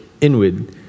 inward